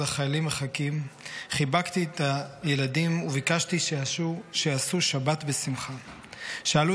החיילים מחכים / חיבקתי את הילדים וביקשתי שיעשו שבת שמחה // שאלו